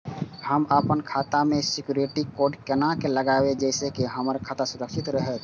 हम अपन खाता में सिक्युरिटी कोड केना लगाव जैसे के हमर खाता सुरक्षित रहैत?